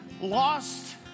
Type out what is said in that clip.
lost